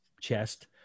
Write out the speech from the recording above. chest